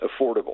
affordable